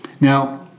Now